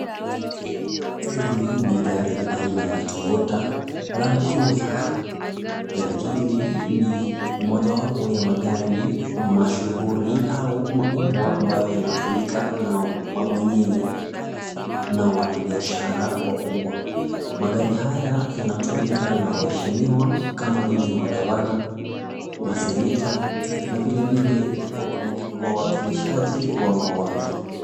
Hili ni gari aina ya Toyota land cruiser. Gari hili ni mojawapo ya magari mashuhuri au makubwa, ambayo yanatumika na mabwenyenye na wanabiashara wakubwa. Magari haya yanatumika na waheshimiwa kama vile magavana, maseneta na vilevile wawakilishaji wa mawadi.